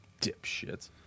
dipshits